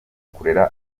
kurera